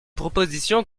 proposition